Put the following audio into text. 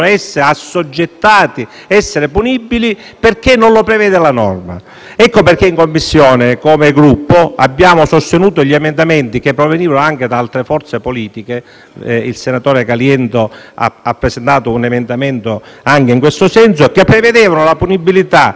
perché non lo prevede la norma. Ecco perché in Commissione abbiamo sostenuto come Gruppo gli emendamenti che provenivano anche da altre forze politiche - il senatore Caliendo ha presentato una proposta emendativa anche in questo senso - che prevedevano la punibilità sia che ci fosse l'accordo